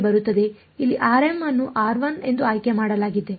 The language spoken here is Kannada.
ಇಲ್ಲಿ rm ಅನ್ನು r1 ಎಂದು ಆಯ್ಕೆ ಮಾಡಲಾಗಿದೆ